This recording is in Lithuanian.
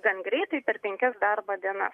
gan greitai per penkias darbo dienas